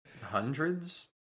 hundreds